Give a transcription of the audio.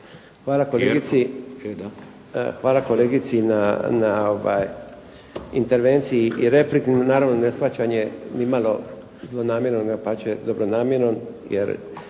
Hvala kolegici na intervenciji i repliku naravno neshvaćam je nimalo zlonamjerno, dapače dobronamjernom. Jer